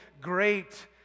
great